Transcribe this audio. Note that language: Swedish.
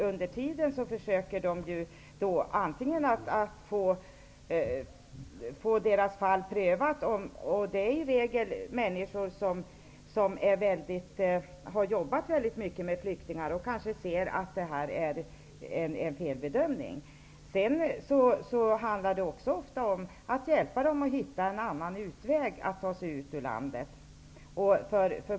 Under tiden försöker man antingen att få resp. fall prövat -- i regel är det fråga om människor som har jobbat mycket med flyktingar och som kanske ser att en felbedömning har gjorts -- eller så handlar det ofta om att hjälpa familjen att hitta en annan möjlighet att komma ut ur landet.